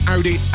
Audi